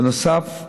בנוסף,